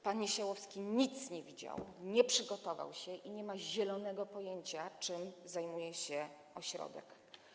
Pan Niesiołowski nic nie widział, nie przygotował się i nie ma zielonego pojęcia, czym zajmuje się ośrodek.